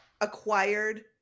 acquired